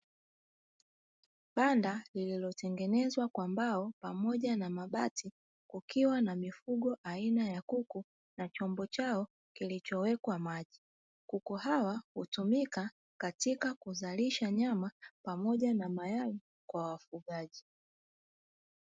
Banda lililotengenezwa kwa mbao pamoja na mabati, kukiwa na mifugo aina ya kuku na chombo chao kilichowekwa maji. Kuku hawa hutumika katika kuzalisha nyama pamoja na mayai kwa wafugaji.